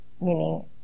meaning